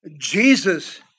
Jesus